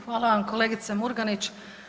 Hvala vam kolegice Murganić.